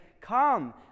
Come